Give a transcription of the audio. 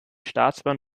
staatsbahn